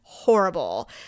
horrible